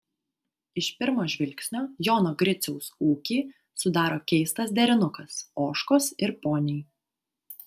iš pirmo žvilgsnio jono griciaus ūkį sudaro keistas derinukas ožkos ir poniai